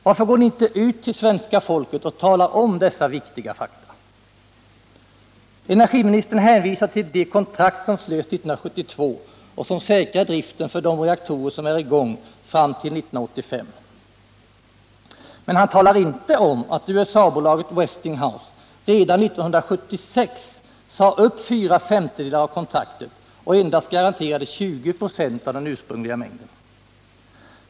Varför går ni inte ut till svenska folket och talar om dessa viktiga fakta? Energiministern hänvisar till de kontrakt som slöts 1972 och som säkrar driften för de reaktorer som är i gång fram till 1985. Men han talade inte om att USA-bolaget Westinghouse redan 1976 sade upp 4/5 av kontraktet och endast garanterade 20 926 av den ursprungliga mängden.